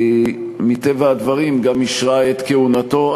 מטבע הדברים גם אישרה את כהונתו,